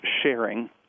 sharing